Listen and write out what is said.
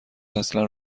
اصلا